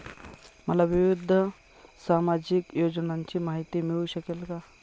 मला विविध सामाजिक योजनांची माहिती मिळू शकेल का?